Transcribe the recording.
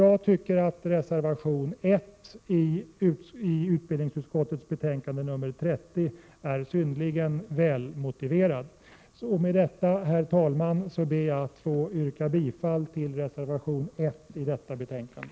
Jag tycker därför att reservation 1 i utbildningsutskottets betänkande nr 30 är synnerligen väl motiverad. Med detta, herr talman, ber jag att få yrka bifall till reservation 1 i detta betänkande.